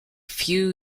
few